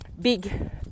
big